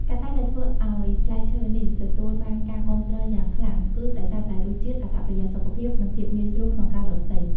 កត្តាដែលធ្វើឱ្យផ្លែឈើនេះទទួលបានការគាំទ្រយ៉ាងខ្លាំងគឺដោយសារតែ រសជាតិ អត្ថប្រយោជន៍សុខភាព និងភាពងាយស្រួលក្នុងការរកទិញ។